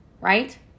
Right